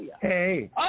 Hey